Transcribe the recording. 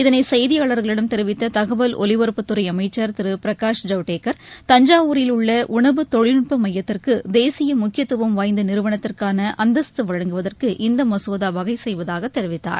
இதனை செய்தியாளர்களிடம் தெரிவித்த தகவல் ஒலிபரப்புத்துறை அமைச்சர் திரு பிரகாஷ் ஜவ்டேன் தஞ்சாவூரில் உள்ள உணவு தொழில்நுட்ப மையத்திற்கு தேசிய முக்கியவத்துவம் வாய்ந்த நிறுவனத்திற்கான அந்தஸ்து வழங்குவதற்கு இந்த மசோதா வகை செய்வதாகத் தெரிவித்தார்